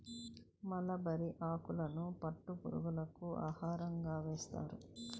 mulberry ఆకులను పట్టు పురుగులకు ఆహారంగా వేస్తారు